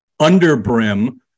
underbrim